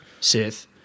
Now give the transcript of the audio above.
Sith